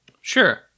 Sure